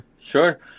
Sure